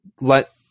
let